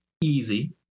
easy